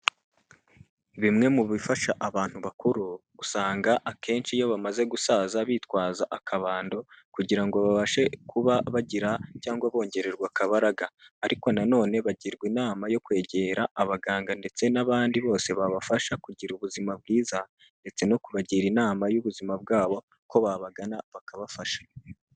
Bimwe mu bifasha abantu bakuru, usanga akenshi iyo bamaze gusaza bitwaza akabando, kugira ngo babashe kuba bagira cyangwa bongererwa akabaraga. Ariko nanone bagirwa inama yo kwegera abaganga ndetse n'abandi bose babafasha kugira ubuzima bwiza, ndetse no kubagira inama y'ubuzima bwabo ko babagana bakabafasha.